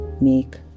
make